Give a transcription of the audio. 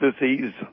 disease